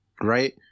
right